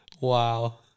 wow